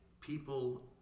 people